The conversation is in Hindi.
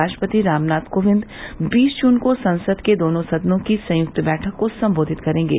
राष्ट्रपति रामनाथ कोविंद बीस जून को संसद के दोनों सदनों की संयुक्त बैठक को संबोधित करेंगे